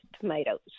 tomatoes